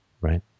right